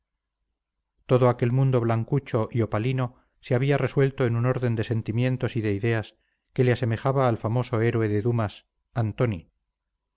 todo aquel mundo blancucho y opalino se había resuelto en un orden de sentimientos y de ideas que le asemejaba al famoso héroe de dumas antony